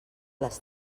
les